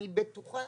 אני בטוחה,